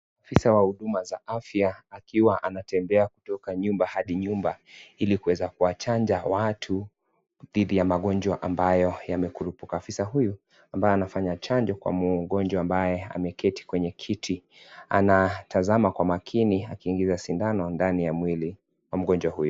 Afisa wa huduma za afya akiwa anatembea kutoka nyumba hadi nyumba ili kuweza kuwachanja watu dhidi ya magonjwa ambayo yamekurupuka . Afisa huyu ambaye anafanya chanjo kwa mgonjwa ambaye ameketi kwenye kiti anatazama kwa maakini akiingiza sindano ndani ya mwili wa mgonjwa huyu.